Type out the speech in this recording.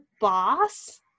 Boss